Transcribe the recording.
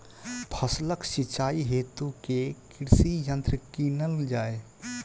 फसलक सिंचाई हेतु केँ कृषि यंत्र कीनल जाए?